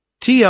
Tr